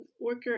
worker